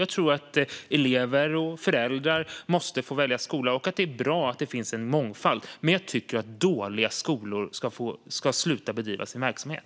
Jag tror att elever och föräldrar måste få välja skola och att det är bra att det finns en mångfald. Men jag tycker att dåliga skolor ska sluta bedriva verksamhet.